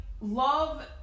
love